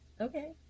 Okay